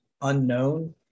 unknown